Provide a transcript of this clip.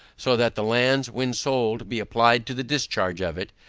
so that the lands when sold be applied to the discharge of it,